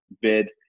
bid